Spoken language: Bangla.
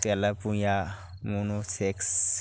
tilapia monosex